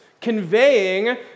conveying